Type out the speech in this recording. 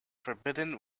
forbidden